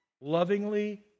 lovingly